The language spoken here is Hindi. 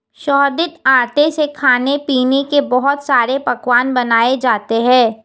शोधित आटे से खाने पीने के बहुत सारे पकवान बनाये जाते है